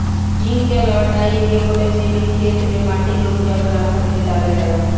zinc के अलावा डाई, यूरिया, पोटैशियम भी खेते में माटी के उपजाऊ बनावे खातिर डालल जाला